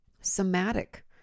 somatic